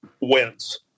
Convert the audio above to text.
wins